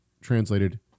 translated